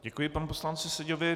Děkuji panu poslanci Seďovi.